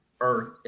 Earth